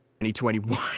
2021